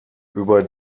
über